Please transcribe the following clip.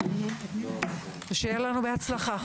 ושיהיה לנו בהצלחה.